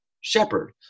shepherd